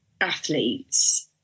athletes